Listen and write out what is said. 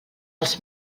els